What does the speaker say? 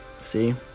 See